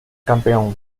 campeón